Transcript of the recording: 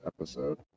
episode